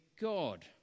God